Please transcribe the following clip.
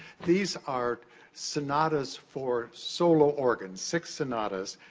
these are sonatas for solo organ, six sonatas.